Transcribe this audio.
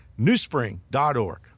newspring.org